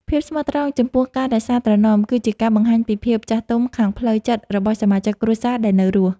ភាពស្មោះត្រង់ចំពោះការរក្សាត្រណម គឺជាការបង្ហាញពីភាពចាស់ទុំខាងផ្លូវចិត្តរបស់សមាជិកគ្រួសារដែលនៅរស់។